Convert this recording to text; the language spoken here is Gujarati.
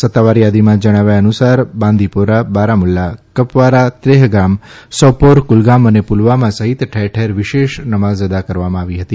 સત્તાવાર થાદીમાં જણાવ્યા અનુસાર બાંદીપોરા બારામુલ્લા કપવારા ત્રેહગામ સોપોર કુલગામ અને પુલવામા સહીત ઠેરઠેર વિશેષ નમાજ અદા કરવામાં આવી હતી